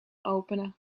openen